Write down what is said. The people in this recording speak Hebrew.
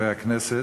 חברי הכנסת,